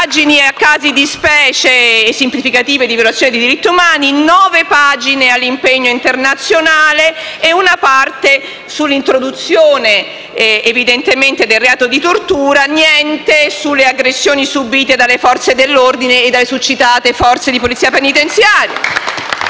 pagine a casi di specie esemplificativi di violazione diritti umani, nove pagine all'impegno internazionale e una parte sull'introduzione del reato di tortura. Niente sulle aggressioni subite dalle Forze dell'ordine e dalle succitate forze di polizia penitenziaria.